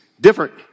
different